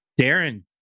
Darren